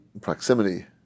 proximity